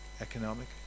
economic